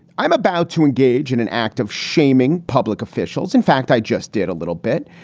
i'm about to engage in an act of shaming public officials. in fact, i just did a little bit.